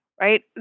right